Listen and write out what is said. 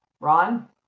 Ron